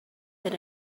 that